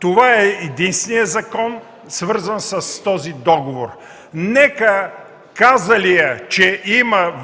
Това е единственият закон, свързан с този договор. Нека казалият, че